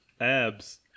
abs